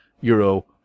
euro